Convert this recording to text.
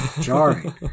jarring